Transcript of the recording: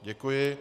Děkuji.